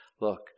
look